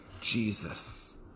Jesus